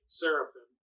seraphim